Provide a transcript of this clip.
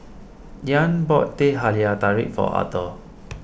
Ian bought Teh Halia Tarik for Arthor